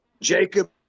Jacob